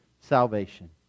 salvation